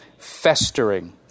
festering